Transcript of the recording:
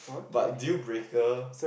but deal breaker